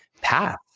path